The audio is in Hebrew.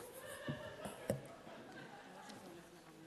אנחנו ממשיכים,